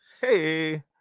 Hey